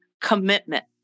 commitment